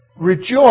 Rejoice